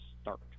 start